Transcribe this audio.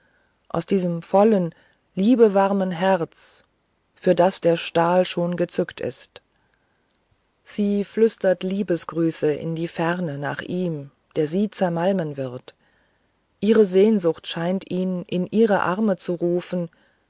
aus diesem vollen liebewarmen herzen für das der stahl schon gezückt ist sie flüstert liebesgrüße in die ferne nach ihm der sie zermalmen wird ihre sehnsucht scheint ihn in ihre arme zu rufen